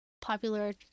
popular